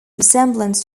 resemblance